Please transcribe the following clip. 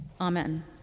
Amen